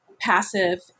passive